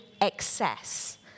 excess